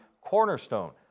cornerstone